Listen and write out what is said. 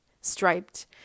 striped